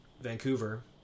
Vancouver